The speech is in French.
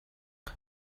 est